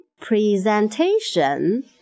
Presentation